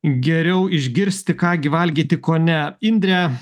geriau išgirsti ką gi valgyti ko ne indrę